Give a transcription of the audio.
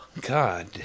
God